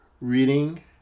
Reading